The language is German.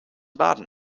baden